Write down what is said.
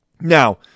Now